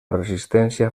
resistència